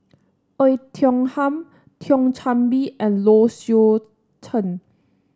Oei Tiong Ham Thio Chan Bee and Low Swee Chen